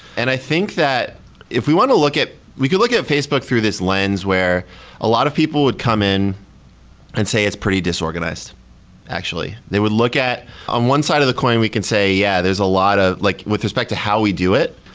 and i think that if we want to look at we could look at at facebook through this lens where a lot of people would come in and say it's pretty disorganized actually. they would look at on one side of the coin we can say, yeah, there's a lot of like with respect to how we do it,